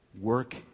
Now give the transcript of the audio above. work